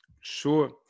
Sure